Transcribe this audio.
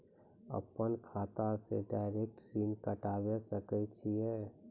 अपन खाता से डायरेक्ट ऋण कटबे सके छियै?